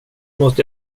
måste